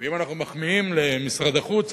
ואם אנחנו מחמיאים למשרד החוץ,